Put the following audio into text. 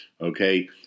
Okay